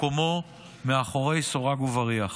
מקומו מאחורי סורג ובריח.